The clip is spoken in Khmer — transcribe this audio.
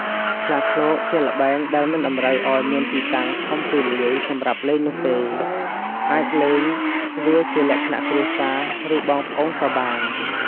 ខ្លាឃ្លោកជាល្បែងដែលមិនតម្រូវឱ្យមានទីតាំងធំទូលាយសម្រាប់លេងនោះទេ អាចលេងវាជាលក្ខណៈគ្រួសារ ឬបងប្អូនក៏បាន។